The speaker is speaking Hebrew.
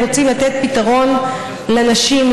רוצים לתת פתרון לנשים,